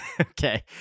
Okay